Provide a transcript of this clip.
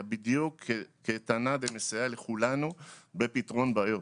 אלא בדיוק כמסייעת לכולנו בפתרון בעיות.